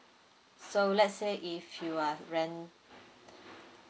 so let's say if you are renting